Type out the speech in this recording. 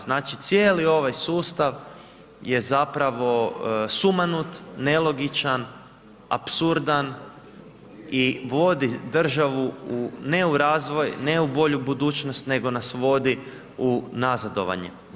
Znači, cijeli ovaj sustav je zapravo sumanut, nelogičan, apsurdan i vodi državu u ne u razvoj, ne u bolju budućnost, nego nas vodi u nazadovanje.